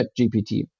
ChatGPT